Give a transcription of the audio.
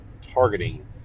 targeting